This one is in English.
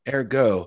Ergo